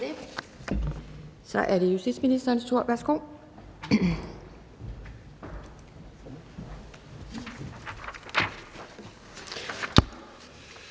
Så er det justitsministerens tur. Værsgo.